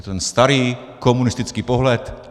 Je to ten starý, komunistický pohled.